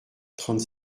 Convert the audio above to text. trente